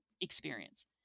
experience